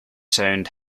sound